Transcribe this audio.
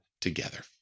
together